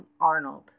Arnold